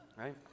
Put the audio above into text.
Right